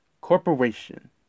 corporation